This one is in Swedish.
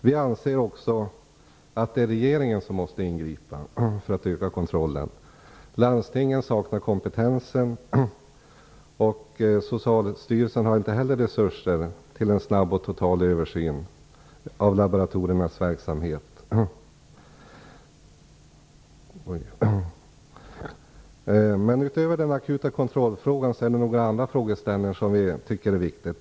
Vi anser också att det är regeringen som måste ingripa för att öka kontrollen. Landstingen saknar kompetens, och Socialstyrelsen har inte heller resurser till en snabb och total översyn av laboratoriernas verksamhet. Men utöver den akuta kontrollfrågan är det några andra frågeställningar som vi tycker är viktiga.